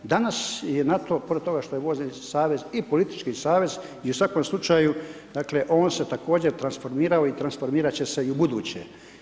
Danas je NATO pored toga što je .../nerazumljivo/... savez i politički savez i u svakom slučaju dakle on se također transformirao i transformirat će se i ubuduće.